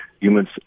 humans